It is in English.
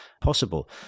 possible